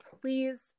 please